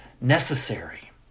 necessary